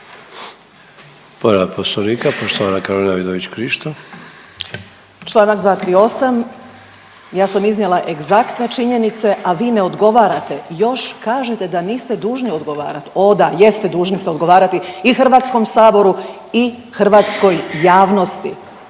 Krišto. **Vidović Krišto, Karolina (OIP)** Članak 238. ja sam iznijela egzaktne činjenice, a vi ne odgovarate. Još kažete da niste dužni odgovarati. O da, jeste dužni ste odgovarati i Hrvatskom saboru i hrvatskoj javnosti